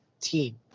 team